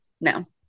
no